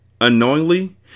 Unknowingly